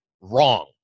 wrong